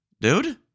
dude